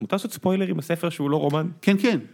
מותר לעשות ספוילרים לספר שהוא לא רומן? כן כן